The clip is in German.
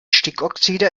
stickoxide